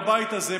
בבית הזה,